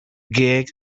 gig